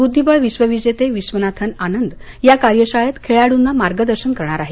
बुद्धीबळ विश्वविजेता विश्वनाथन आनंद या कार्यशाळेत खेळाडूंना मार्गदर्शन करणार आहेत